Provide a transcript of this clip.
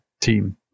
team